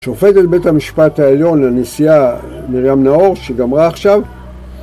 שופטת בית המשפט העליון לנשיאה מרים נאור, שגמרה עכשיו